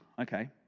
Okay